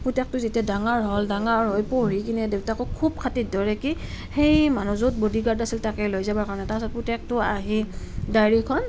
পুতেকটো যেতিয়া ডাঙৰ হ'ল ডাঙৰ হৈ পঢ়ি কিনে দেউতাকক খুব খাতিৰ ধৰে কি সেই মানুহ য'ত বডিগাৰ্ড আছিল তাতে লৈ যাবৰ কাৰণে তাৰ পাছত পুতেকটো আহিল ডায়েৰীখন